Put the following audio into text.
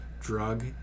drug